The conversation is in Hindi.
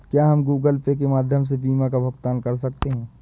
क्या हम गूगल पे के माध्यम से बीमा का भुगतान कर सकते हैं?